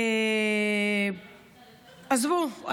עזבו,